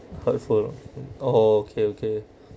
hurtful oh okay okay